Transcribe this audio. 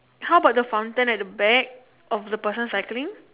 how about the fountain at the back of the person cycling